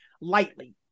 lightly